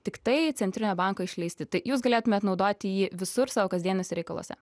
tiktai centrinio banko išleisti tai jūs galėtumėt naudoti jį visur savo kasdieniuose reikaluose